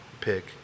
pick